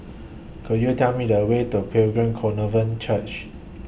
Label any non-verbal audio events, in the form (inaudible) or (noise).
Could YOU Tell Me The Way to Pilgrim (unintelligible) Church